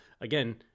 again